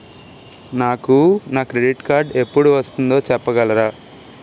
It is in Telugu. నాకు నా క్రెడిట్ కార్డ్ ఎపుడు వస్తుంది చెప్పగలరా?